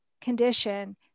condition